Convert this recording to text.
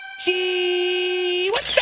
chee what